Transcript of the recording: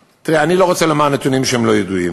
תראה, אני לא רוצה לומר נתונים שהם לא ידועים,